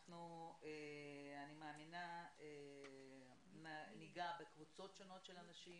אני מאמינה שניגע בקבוצות שונות של אנשים,